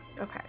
Okay